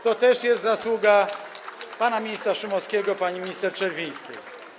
To też jest zasługa pana ministra Szumowskiego i pani minister Czerwińskiej.